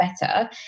better